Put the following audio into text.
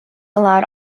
allowed